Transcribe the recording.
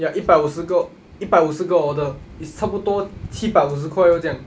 ya 一百五十个一百五十个 order is 差不多七百五十块 orh 这样